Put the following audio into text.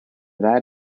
that